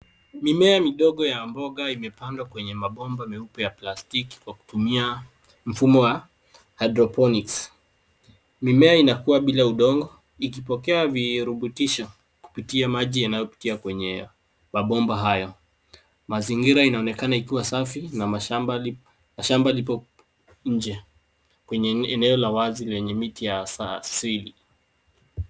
Mimea midogo ya mboga imepandwa kwenye mabomba meupe ya plastiki kwa kutumia mfumo wa hydroponics . Mimea inakua bila udongo ikipokea virubutisho kupitia maji yanayopitia kwenye mabomba hayo. Mazingira inaonekana ikiwa safi na mashamba lipo nje kwenye eneo la wazi lenye miti ya asili.